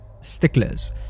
sticklers